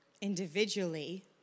individually